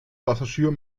passagier